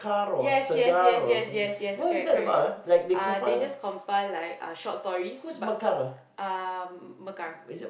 yes yes yes yes yes yes correct correct correct uh they just compile like uh short stories but um mekar